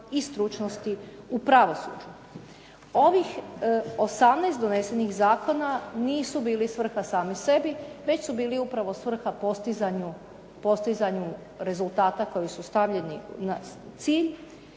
i stručnosti u pravosuđu. Ovih 18 donesenih zakona nisu bili svrha sami sebi, već su bili upravo svrha postizanju rezultata koji su stavljeni na cilj